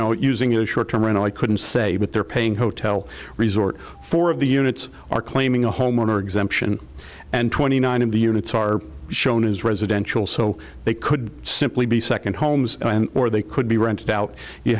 know using the short term and i couldn't say but they're paying hotel resort four of the units are claiming a homeowner exemption and twenty nine of the units are shown as residential so they could simply be second homes or they could be rented out you